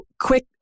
Quick